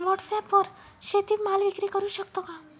व्हॉटसॲपवर शेती माल विक्री करु शकतो का?